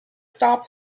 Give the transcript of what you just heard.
stop